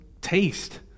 taste